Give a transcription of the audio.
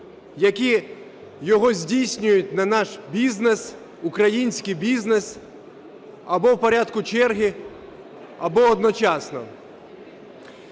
які його здійснюють на наш бізнес, український бізнес або в порядку черги, або одночасно.